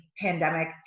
pandemic